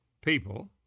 people